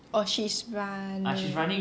orh she's running